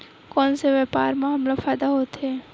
कोन से व्यापार म हमला फ़ायदा होथे?